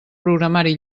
programari